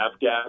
gap